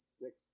six